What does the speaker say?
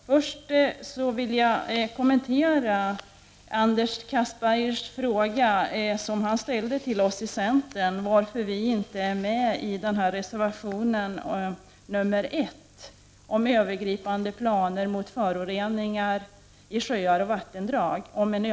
Först vill jag kommentera den fråga Anders Castberger ställde till oss i centerpartiet om varför vi inte är med och stödjer reservation 1 om en övergripande plan mot föroreningar i sjöar och vattendrag.